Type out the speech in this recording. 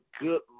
good